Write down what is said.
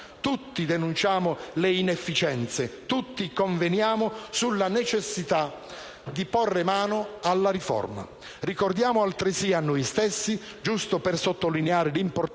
Tutti denunciamo le inefficienze. Tutti conveniamo sulla necessità di porre mano alla riforma. Ricordiamo altresì a noi stessi - giusto per sottolineare l'importanza